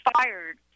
fired